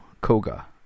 Koga